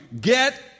get